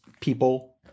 people